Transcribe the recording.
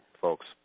folks